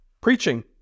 Preaching